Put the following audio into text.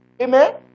Amen